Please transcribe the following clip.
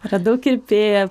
radau kirpėją